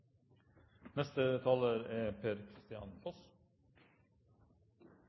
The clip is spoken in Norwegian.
Neste taler er